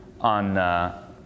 on